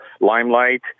Limelight